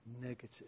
negative